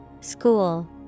School